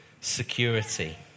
security